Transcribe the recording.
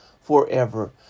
forever